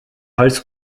als